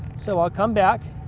so i'll come back,